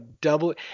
double –